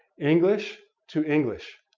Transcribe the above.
english to english.